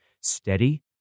steady